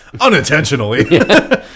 unintentionally